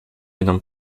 jedną